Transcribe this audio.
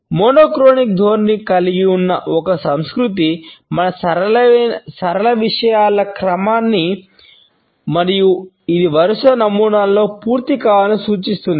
monochronic ధోరణిని కలిగి ఉన్న ఒక సంస్కృతి మన సరళ విషయాల క్రమాన్ని ఊహిస్తుంది మరియు ఇది వరుస నమూనాలో పూర్తి కావాలని సూచిస్తుంది